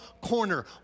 corner